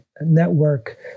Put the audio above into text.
Network